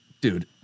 dude